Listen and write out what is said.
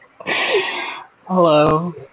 Hello